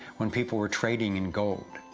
when people were trading in gold.